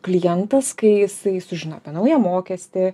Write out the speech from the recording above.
klientas kai jisai sužino apie naują mokestį